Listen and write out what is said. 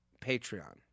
Patreon